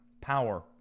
power